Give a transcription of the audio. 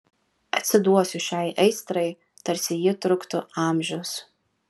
atsiduosiu šiai aistrai tarsi ji truktų amžius